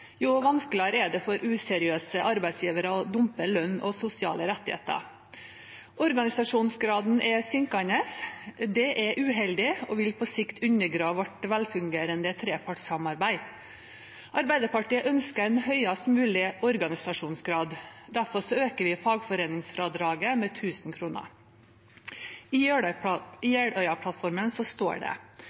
jo vanskeligere er det for useriøse arbeidsgivere å dumpe lønn og sosiale rettigheter. Organisasjonsgraden er synkende. Det er uheldig og vil på sikt undergrave vårt velfungerende trepartssamarbeid. Arbeiderpartiet ønsker en høyest mulig organisasjonsgrad. Derfor øker vi fagforeningsfradraget med 1 000 kr. I Jeløya-plattformen står det: